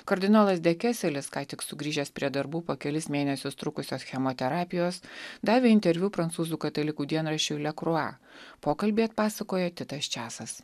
kardinolas dekeselis ką tik sugrįžęs prie darbų po kelis mėnesius trukusios chemoterapijos davė interviu prancūzų katalikų dienraščiui lekrua pokalbį atpasakojo titas česas